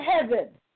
heaven